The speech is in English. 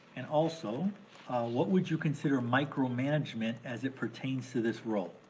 and also what would you consider micromanagement as it pertains to this role?